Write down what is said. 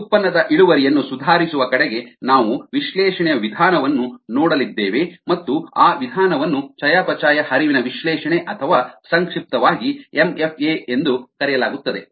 ಉತ್ಪನ್ನದ ಇಳುವರಿಯನ್ನು ಸುಧಾರಿಸುವ ಕಡೆಗೆ ನಾವು ವಿಶ್ಲೇಷಣೆಯ ವಿಧಾನವನ್ನು ನೋಡಲಿದ್ದೇವೆ ಮತ್ತು ಆ ವಿಧಾನವನ್ನು ಚಯಾಪಚಯ ಹರಿವಿನ ವಿಶ್ಲೇಷಣೆ ಅಥವಾ ಸಂಕ್ಷಿಪ್ತವಾಗಿ ಎಂಎಫ್ಎ ಎಂದು ಕರೆಯಲಾಗುತ್ತದೆ